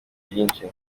byinshi